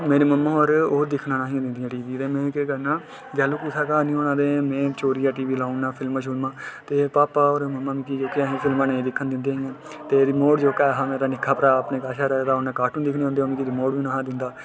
ते मेरी मम्मा होर ओह् दिक्खन नेईं हियां दिंदियां टी वी में केह् करना जिसलै कुसै घर नेईं होना ते में चोरियै टी वी लाई उड़ना ते फिल्मां शिल्मां ते पापा होरें गी मम्मी फिल्मां नेईं हियां दिक्खन दिंदियां हियां ते रिमोट जोह्का ऐ हा मेरा निक्का भ्राऽ अपने कश रखदा हा उ'न्न कार्टून दिक्खना होंदा हा ओह् मिगी रिमोट बी नेईं हा दिंदा